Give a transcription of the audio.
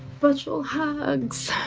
virtual hugs.